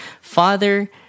Father